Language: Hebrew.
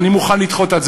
אני מוכן לדחות את ההצבעה.